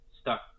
stuck